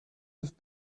have